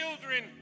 children